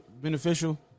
beneficial